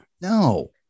No